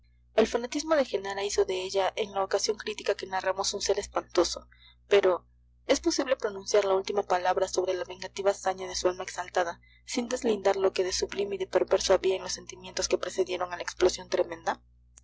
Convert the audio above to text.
el fanatismo de genara hizo de ella en la ocasión crítica que narramos un ser espantoso pero es posible pronunciar la última palabra sobre la vengativa saña de su alma exaltada sin deslindar lo que de sublime y de perverso había en los sentimientos que precedieron a la explosión tremenda